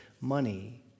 money